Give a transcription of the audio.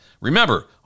Remember